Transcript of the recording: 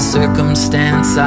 circumstance